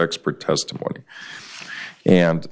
expert testimony and